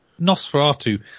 Nosferatu